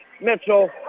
Mitchell